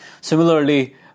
Similarly